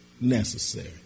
necessary